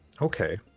Okay